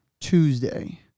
Tuesday